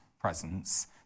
presence